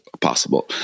possible